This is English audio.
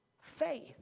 Faith